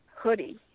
hoodie